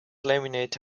laminate